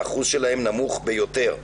האחוז שלהם נמוך ביותר.